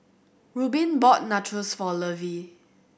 Reubin bought Nachos for Lovey